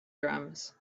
drums